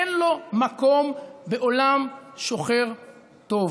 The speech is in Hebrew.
אין לו מקום בעולם שוחר טוב.